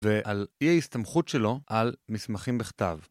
‫ועל אי ההסתמכות שלו על מסמכים בכתב.